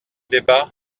débat